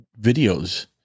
videos